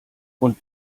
und